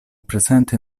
presente